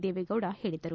ದೇವೇಗೌಡ ಹೇಳಿದರು